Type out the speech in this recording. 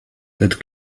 that